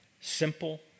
simple